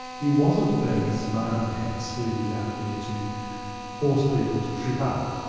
he wasn't being a smarty-pants who was out there to force people to trip up,